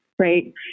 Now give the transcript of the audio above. right